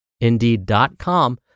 Indeed.com